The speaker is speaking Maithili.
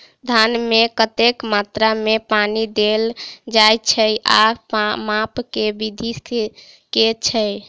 धान मे कतेक मात्रा मे पानि देल जाएँ छैय आ माप केँ विधि केँ छैय?